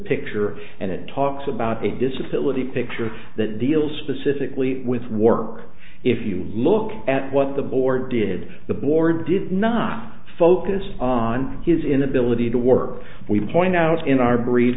picture and it talks about a disability picture that deals specifically with work if you look at what the board did the board did not focus on his inability to work we point out in our bre